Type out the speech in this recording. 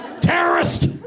Terrorist